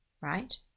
right